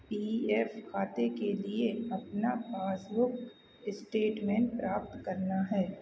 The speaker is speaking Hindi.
पी एफ खाते के लिए अपना पासबुक स्टेटमेंट प्राप्त करना है